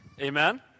Amen